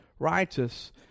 righteous